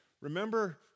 remember